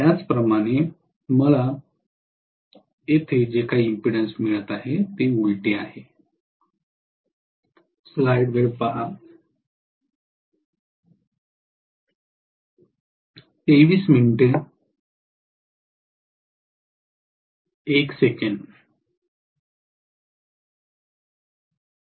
त्याचप्रमाणे मला इथे जे काही एम्पीडन्स मिळत आहे ते उलटे आहे